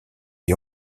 qui